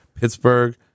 Pittsburgh